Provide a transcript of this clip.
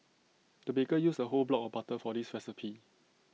the baker used A whole block of butter for this recipe